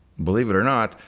believe it or not,